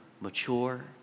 mature